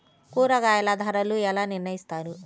కూరగాయల ధరలు ఎలా నిర్ణయిస్తారు?